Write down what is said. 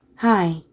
Hi